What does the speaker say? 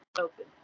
Open